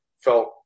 felt